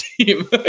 team